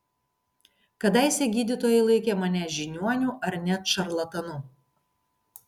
kadaise gydytojai laikė mane žiniuoniu ar net šarlatanu